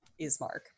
Ismark